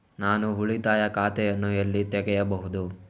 ನಾನು ಉಳಿತಾಯ ಖಾತೆಯನ್ನು ಎಲ್ಲಿ ತೆಗೆಯಬಹುದು?